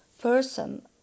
person